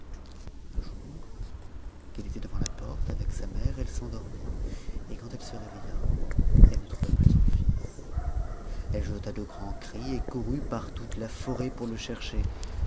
un jour qu'il était devant la porte avec sa mère elle s'endormit et quand elle se réveilla elle ne trouva plus son fils elle jeta de grands cris et courut par toute la forêt pour le chercher